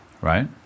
right